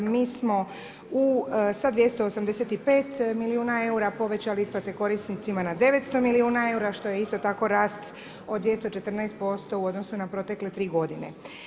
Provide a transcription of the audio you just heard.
Mi smo sa 285 milijuna eura povećali isplate korisnicima na 900 milijuna eura što je isto tako rast od 214% u odnosu na protekle 3 godine.